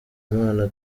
imana